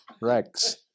Rex